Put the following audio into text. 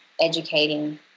educating